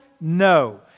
No